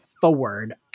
forward